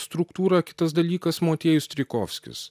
struktūrą kitas dalykas motiejus strijkovskis